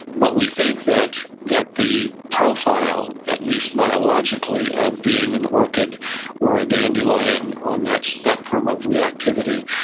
but we think that that the profile, at least biologically of being an orchid or a dandelion on that spectrum of reactivity,